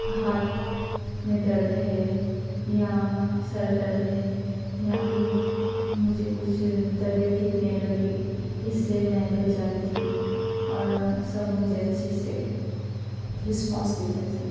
ہاتھ میں درد ہے یا سر درد ہے یا پھر مجھے کچھ طبیعت ٹھیک نہیں لگ رہی اِس سے میں بچ جاتی تھی اور سب مجھے اچھے سے رسپانس دیتے تھے